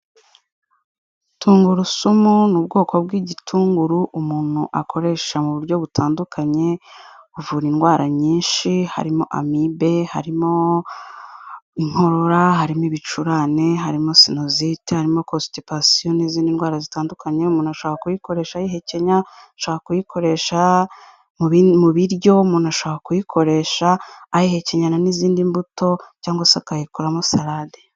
Tungurusumu ni ubwoko bw'igitunguru umuntu akoresha mu buryo butandukanye; uvura indwara nyinshi harimo amibe harimo inkorora harimo ibicurane harimo senosite harimo Konstipatiyo n'izindi ndwara zitandukanye umuntu shaka kuyikoresha ayihekenya ashobora kuyikoresha mu biryo umuntu ashobora kuyikoresha ayayihenyana n'izindi mbuto cyangwa se akayikoramo salade.